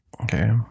Okay